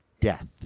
death